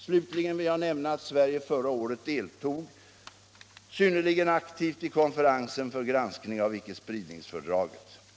Slutligen vill jag nämna att Sverige förra året deltog synnerligen aktivt i konferensen för granskning av icke-spridningsfördraget.